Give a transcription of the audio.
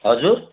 हजुर